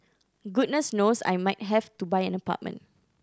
goodness knows I might have to buy an apartment